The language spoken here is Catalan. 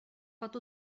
pot